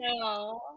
No